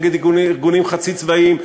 נגד ארגונים חצי צבאיים,